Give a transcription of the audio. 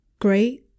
great